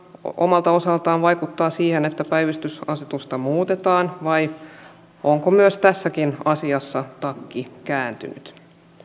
omalta osaltaan vaikuttaa siihen että päivystysasetusta muutetaan vai onko tässäkin asiassa takki kääntynyt